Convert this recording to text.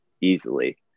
easily